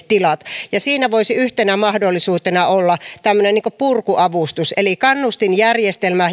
tilat ja siinä voisi yhtenä mahdollisuutena olla purkuavustus eli kannustinjärjestelmä